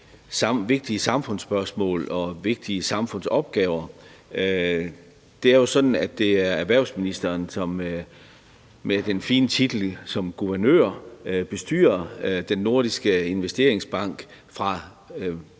vigtige samfundsspørgsmål og vigtige samfundsopgaver. Det er jo sådan, at det er erhvervsministeren, som med den fine titel af guvernør bestyrer Den Nordiske Investeringsbank fra dansk